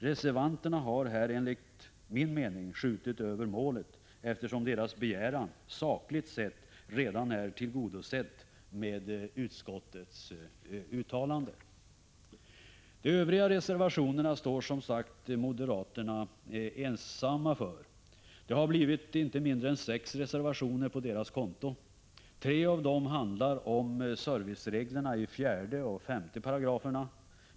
Reservanterna har här enligt min mening helt enkelt skjutit över målet, eftersom deras begäran sakligt sett redan är tillgodosedd med utskottets uttalande. De övriga reservationerna står som sagt moderaterna ensamma för. Det har blivit inte mindre än sex reservationer på deras konto. Tre av dem handlar om servicereglerna i 4 och 5 §§.